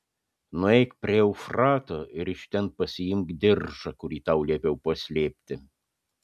nueik prie eufrato ir iš ten pasiimk diržą kurį tau liepiau paslėpti